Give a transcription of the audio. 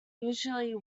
unusually